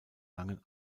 langen